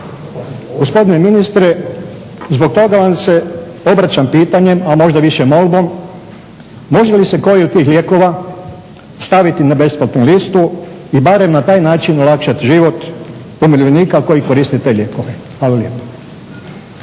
Gospodine ministre, zbog toga vam se obraćam pitanje a možda više molbom, može li se koji od tih lijekova staviti na besplatnu listu i barem na taj način olakšati život umirovljenika koji koriste te lijekove? Hvala lijepa.